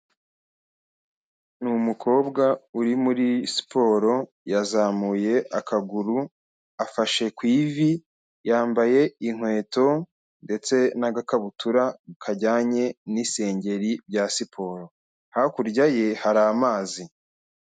Ni umukobwa uri muri siporo, yazamuye akaguru afashe ku ivi, yambaye inkweto ndetse n'agakabutura kajyanye n'isengeri ya siporo, hakurya ye hari amazi.